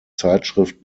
zeitschrift